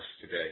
today